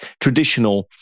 traditional